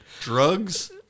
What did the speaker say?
drugs